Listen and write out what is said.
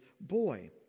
boy